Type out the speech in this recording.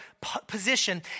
position